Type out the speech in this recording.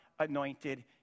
anointed